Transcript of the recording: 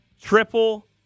Triple